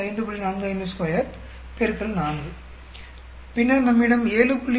452 X 4 பின்னர் நம்மிடம் 7